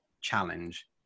challenge